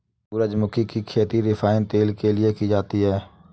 सूरजमुखी की खेती रिफाइन तेल के लिए की जाती है